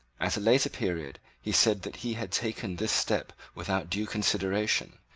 at a later period he said that he had taken this step without due consideration,